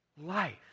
life